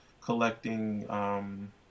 collecting